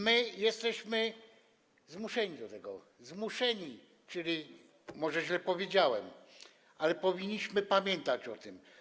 My jesteśmy zmuszeni do tego, zmuszeni, czyli - może źle powiedziałem - powinniśmy pamiętać o tym.